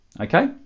okay